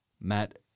Matt